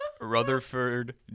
Rutherford